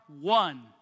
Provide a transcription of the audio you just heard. one